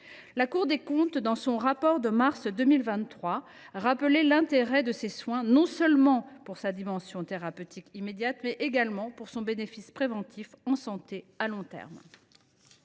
La Cour des comptes, dans son rapport de mars 2023, rappelait l’intérêt de ces soins, non seulement, pour leur dimension thérapeutique immédiate, mais également pour leur bénéfice préventif en santé à long terme.